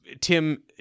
tim